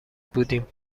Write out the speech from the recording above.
بودیم